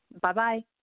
Bye-bye